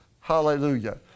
Hallelujah